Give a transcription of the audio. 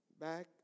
Back